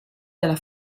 della